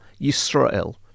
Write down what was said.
Yisrael